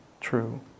true